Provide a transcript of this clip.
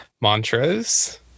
mantras